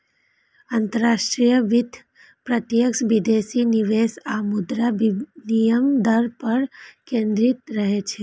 अंतरराष्ट्रीय वित्त प्रत्यक्ष विदेशी निवेश आ मुद्रा विनिमय दर पर केंद्रित रहै छै